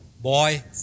boy